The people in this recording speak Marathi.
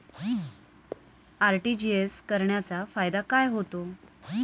आर.टी.जी.एस करण्याचा फायदा काय होतो?